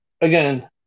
Again